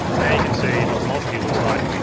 now you can see what the multiview looks like.